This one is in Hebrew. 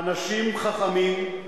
האנשים חכמים,